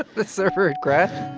the server had crashed